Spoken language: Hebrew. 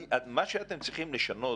מה שאתם צריכים לשנות,